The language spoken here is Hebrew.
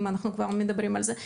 אם אנחנו כבר מדברים על זה.